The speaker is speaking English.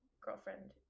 Girlfriend